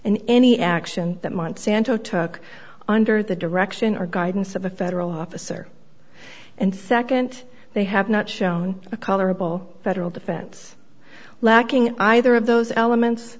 and any action that monsanto took under the direction or guidance of a federal officer and second they have not shown a colorable federal defense lacking either of those elements